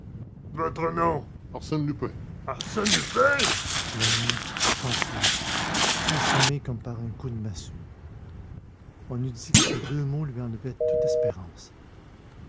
votre nom arsène lupin arsène lupin l'homme chancela assommé comme par un coup de massue on eût dit que ces deux mots lui enlevaient toute espérance